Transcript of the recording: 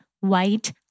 white